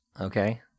Okay